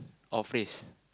or phrase